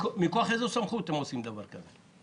מכוח איזו סמכות אתם עושים דבר כזה?